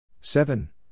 seven